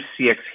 CX